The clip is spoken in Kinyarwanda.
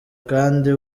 kandi